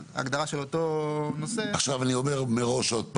ההגדרה של אותו נושא --- עכשיו אני אומר מראש עוד פעם,